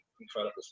incredible